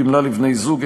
גמלה לבני זוג),